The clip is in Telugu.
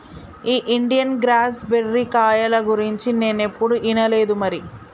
ఈ ఇండియన్ గూస్ బెర్రీ కాయల గురించి నేనేప్పుడు ఇనలేదు మరి